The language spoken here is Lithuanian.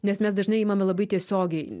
nes mes dažnai imame labai tiesiogiai